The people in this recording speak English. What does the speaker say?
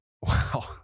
Wow